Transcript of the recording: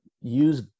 use